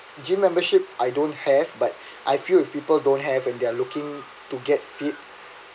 gym membership I don't have but I feel if people don't have and they're looking to get fit